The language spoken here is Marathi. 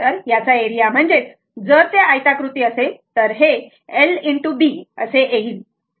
तर याचा एरिया म्हणजेच जर ते आयताकृती असेल तर हे l ✕ b येईल